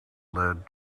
led